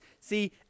See